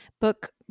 book